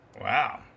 Wow